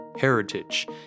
heritage